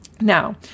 Now